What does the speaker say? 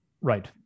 Right